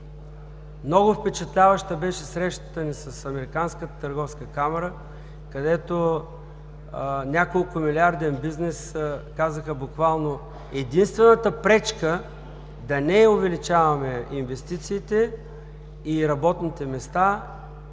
Много впечатляваща беше срещата ни с Американската търговска камара, където от няколкомилиарден бизнес казаха буквално: „Единствената пречка да не увеличаваме инвестициите и работните места